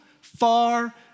far